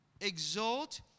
Exalt